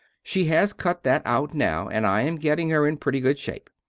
she has cut that out now, and i am gettin her in prety good shape.